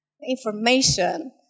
information